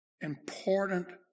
important